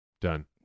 Done